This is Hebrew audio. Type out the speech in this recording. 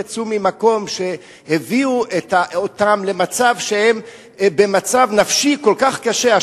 יצאו ממקום הביא אותם לכך שהם במצב נפשי כל כך קשה.